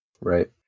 Right